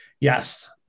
Yes